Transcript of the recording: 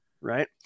Right